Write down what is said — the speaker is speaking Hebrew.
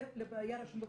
זה לראייה רשום בפרוטוקול.